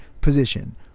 position